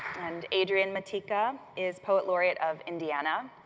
and adrian matejka is poet laureate of indiana.